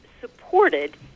supported